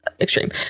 extreme